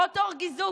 האט ער געזאגט,